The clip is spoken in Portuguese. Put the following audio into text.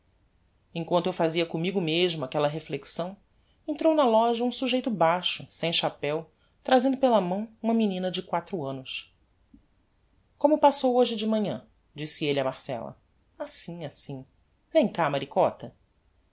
emquanto eu fazia commigo mesmo aquella reflexão entrou na loja um sujeito baixo sem chapeu trazendo pela mão uma menina de quatro annos como passou de hoje de manhã disse elle a marcella assim assim vem cá maricota